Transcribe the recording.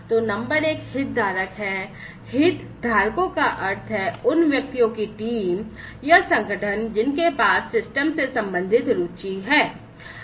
तो नंबर एक हितधारक है हितधारकों का अर्थ है उन व्यक्तियों की टीम या संगठन जिनके पास सिस्टम से संबंधित रुचि है